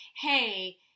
hey